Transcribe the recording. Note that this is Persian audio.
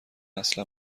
اصلا